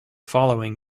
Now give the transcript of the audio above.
following